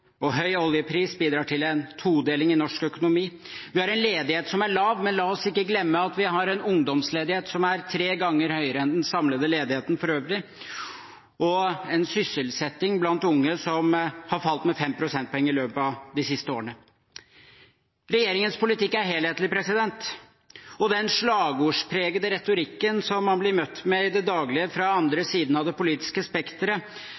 og mer avhengig av petroleumssektoren, og høy oljepris bidrar til en todeling i norsk økonomi. Vi har en ledighet som er lav, men la oss ikke glemme at vi har en ungdomsledighet som er tre ganger høyere enn den samlede ledigheten for øvrig, og en sysselsetting blant unge som har falt med 5 prosentpoeng i løpet av de siste årene. Regjeringens politikk er helhetlig, og den slagordspregede retorikken som man blir møtt med i det daglige fra den andre siden av det politiske spekteret,